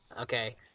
Okay